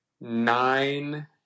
nine